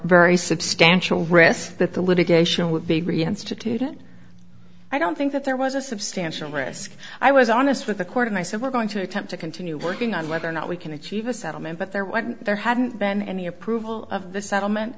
very substantial risks that the litigation would be reinstituted i don't think that there was a substantial risk i was honest with the court and i said we're going to attempt to continue working on whether or not we can achieve a settlement but there wasn't there hadn't been any approval of the settlement